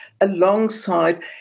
alongside